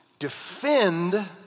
Defend